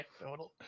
total